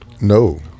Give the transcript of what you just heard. no